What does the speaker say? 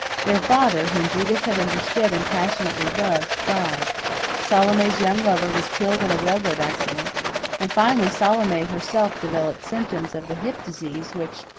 their father, whom judith had understood and passionately loved, died salome's young lover was killed in a railroad accident and finally salome herself developed symptoms of the hip-disease which,